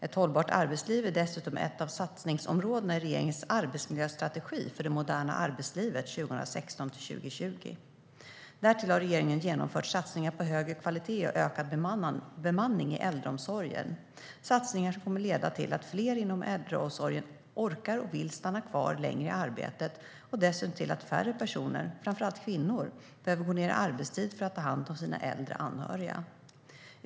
Ett hållbart arbetsliv är dessutom ett av satsningsområdena i regeringens arbetsmiljöstrategi för det moderna arbetslivet 2016-2020. Därtill har regeringen genomfört satsningar på högre kvalitet och ökad bemanning i äldreomsorgen. Det är satsningar som kommer att leda till att fler inom äldreomsorgen orkar och vill stanna kvar längre i arbete och dessutom till att färre personer, framför allt kvinnor, behöver gå ned i arbetstid för att ta hand om sina äldre anhöriga.